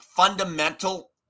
fundamental